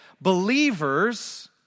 believers